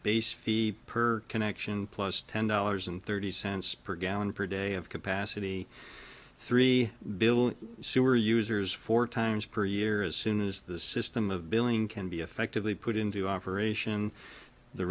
base fee per connection plus ten dollars and thirty cents per gallon per day of capacity three bill sewer users four times per year as soon as the system of billing can be effectively put into operation the